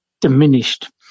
diminished